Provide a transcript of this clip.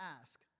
ask